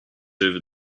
over